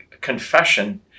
confession